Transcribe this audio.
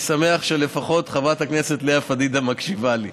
אני שמח שלפחות חברת הכנסת לאה פדידה מקשיבה לי.